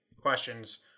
questions